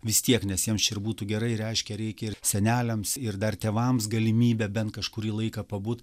vis tiek nes jiems čia ir būtų gerai reiškia reikia ir seneliams ir dar tėvams galimybę bent kažkurį laiką pabūt